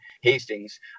hastings